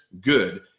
good